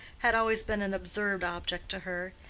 had always been an absurd object to her,